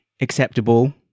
acceptable